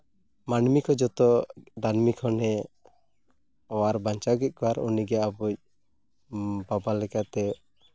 ᱢᱟᱹᱱᱢᱤ ᱠᱚ ᱡᱚᱛᱚ ᱫᱟᱹᱱᱢᱤ ᱠᱷᱚᱱᱮ ᱚᱣᱟᱨ ᱵᱟᱧᱪᱟᱣ ᱠᱮᱫ ᱠᱚᱣᱟ ᱟᱨ ᱩᱱᱤᱜᱮ ᱟᱵᱚᱭᱤᱡ ᱵᱟᱵᱟ ᱞᱮᱠᱟᱛᱮ